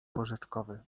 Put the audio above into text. porzeczkowy